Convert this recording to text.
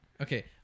Okay